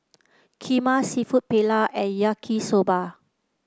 kheema seafood Paella and Yaki Soba